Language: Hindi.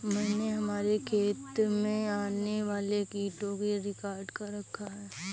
मैंने हमारे खेत में आने वाले कीटों का रिकॉर्ड रखा है